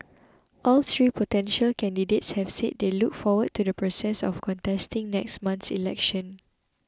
all three potential candidates have said they look forward to the process of contesting next month's election